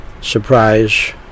surprise